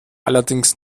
allerdings